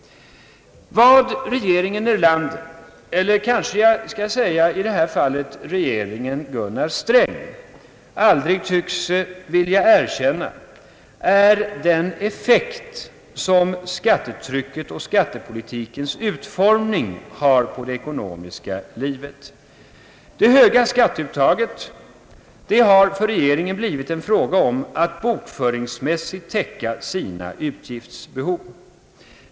Var regeringen Erlander — eller kanske jag i detta fall skall säga regeringen Gunnar Sträng — aldrig tycks vilja erkänna är den effekt som skattetrycket och skattepolitikens utformning har på det ekonomiska livet. Det höga skatteuttaget har för regeringen blivit en fråga om att bokföringsmässigt täcka sina utgiftsbehov.